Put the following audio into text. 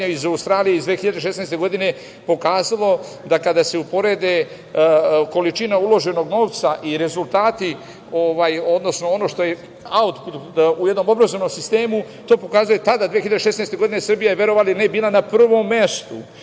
iz Australije iz 2016. godine, pokazalo je da kada se uporede količina uloženog novca i rezultati, odnosno ono što je aut u jednom obrazovanom sistemu, to pokazuje tada te 2016. godine, Srbija je, verovali ili ne, bila na prvom mestu,